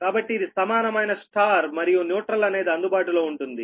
కాబట్టి ఇది సమానమైన Y మరియు న్యూట్రల్ అనేది అందుబాటులో ఉంటుంది